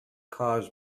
cars